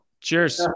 cheers